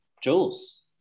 Jules